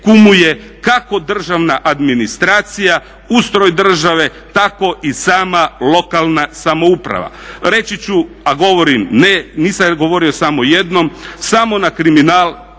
kako državna administracija, ustroj države, tako i sama lokalna samouprava. Reći ću, a govorim ne, nisam govorio samo jednom, samo na kriminal